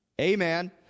Amen